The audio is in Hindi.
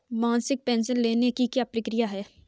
मासिक पेंशन लेने की क्या प्रक्रिया है?